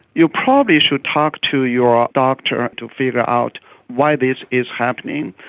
you probably should talk to your ah doctor to figure out why this is happening.